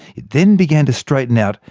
it then began to straighten out,